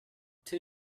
two